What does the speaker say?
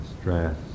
stress